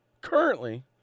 currently